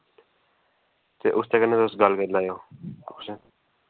ते उसदे कन्नै तुस गल्ल करी लैएओ